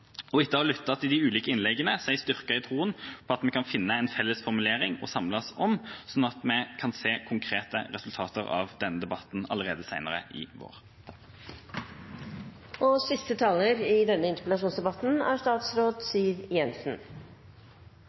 måneder. Etter å ha lyttet til de ulike innleggene er jeg styrket i troen på at vi kan finne en felles formulering å samles om, slik at vi kan se konkrete resultater av denne debatten allerede senere i